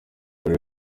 aho